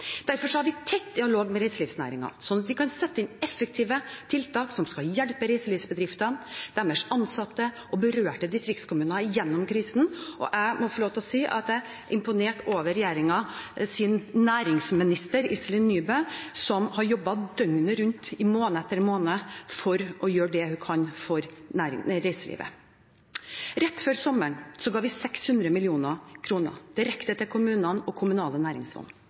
Derfor har vi tett dialog med reiselivsnæringen, slik at vi kan sette inn effektive tiltak som skal hjelpe reiselivsbedriftene, deres ansatte og berørte distriktskommuner gjennom krisen. Jeg må få lov til å si at jeg er imponert over regjeringens næringsminister, Iselin Nybø, som har jobbet døgnet rundt i måned etter måned for å gjøre det hun kan for reiselivet. Rett før sommeren ga vi 600 mill. kr direkte til kommunene og kommunale næringsfond.